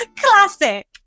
Classic